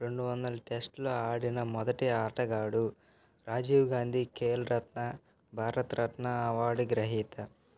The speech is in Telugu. రెండు వందల టెస్ట్లు ఆడిన మొదటి ఆటగాడు రాజీవ్ గాంధీ ఖేల్ రత్న భారతరత్న అవార్డు గ్రహీత